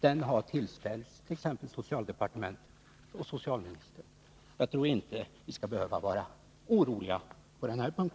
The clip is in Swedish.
De har tillställts socialdepartementet och socialminis — Justitieombuds tern. Jag tror att vi inte behöver vara oroliga på denna punkt.